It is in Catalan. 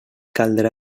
caldrà